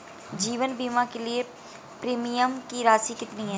जीवन बीमा के लिए प्रीमियम की राशि कितनी है?